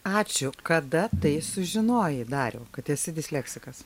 ačiū kada tai sužinojai dariau kad esi disleksikas